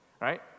right